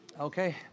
Okay